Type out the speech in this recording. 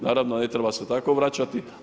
Naravno, ne treba se tako vraćati.